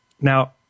Now